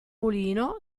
mulino